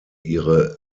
ihre